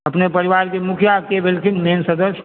अपने परिवार के मुखिया के भेलखिन मेन सदस्य